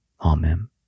Amen